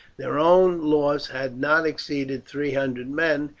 their own loss had not exceeded three hundred men,